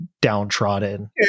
downtrodden